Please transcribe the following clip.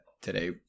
today